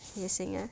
也行啊